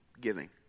giving